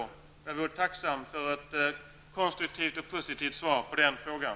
Jag vore tacksam för ett konstruktivt och positivt svar på den frågan.